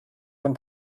von